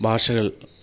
ഭാഷകൾ